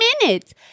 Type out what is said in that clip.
minutes